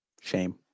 Shame